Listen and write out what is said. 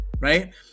right